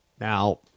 Now